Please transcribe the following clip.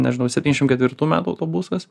nežinau septyniasdešim ketvirtų metų autobusas